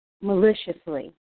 maliciously